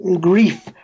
Grief